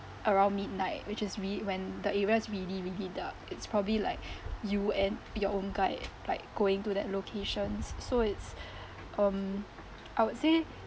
around midnight which is re~ when the area's really really dark it's probably like you and your own guide like going to that locations so it's um I would say